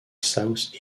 south